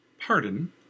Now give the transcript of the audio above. Pardon